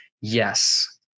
yes